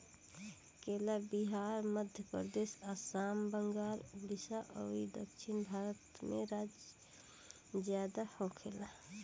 केला बिहार, मध्यप्रदेश, आसाम, बंगाल, उड़ीसा अउरी दक्षिण भारत में ज्यादा होखेला